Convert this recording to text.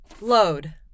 Load